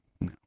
No